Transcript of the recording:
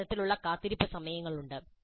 രണ്ട് തരത്തിലുള്ള കാത്തിരിപ്പ് സമയങ്ങളുണ്ട്